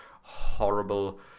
horrible